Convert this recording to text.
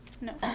No